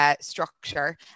Structure